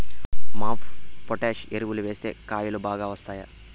MOP potash ఎరువులు వేస్తే కాయలు బాగా వస్తాయా?